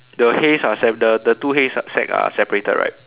the hays are sa~ the the two hays uh sack are separated right